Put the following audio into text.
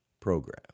program